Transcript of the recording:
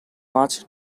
much